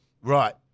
Right